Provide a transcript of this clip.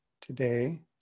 today